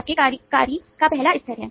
आपके कार्यकारी का पहला स्तर है